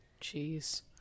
Jeez